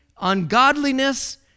ungodliness